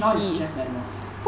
now is jeff bezos